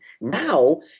Now